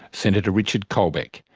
senator richard colbeck.